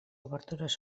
obertures